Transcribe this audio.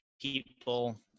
people